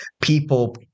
people